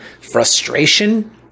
frustration